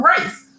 race